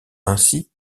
ainsi